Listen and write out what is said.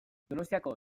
donostiako